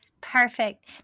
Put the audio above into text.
Perfect